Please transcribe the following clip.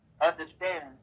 understand